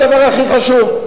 הדבר הכי חשוב.